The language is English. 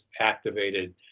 activated